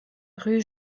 rue